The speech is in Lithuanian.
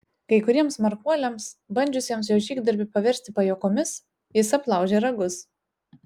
kai kuriems smarkuoliams bandžiusiems jo žygdarbį paversti pajuokomis jis aplaužė ragus